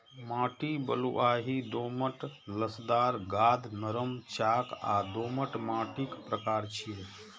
माटि बलुआही, दोमट, लसदार, गाद, नरम, चाक आ दोमट माटिक प्रकार छियै